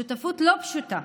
שותפות לא פשוטה,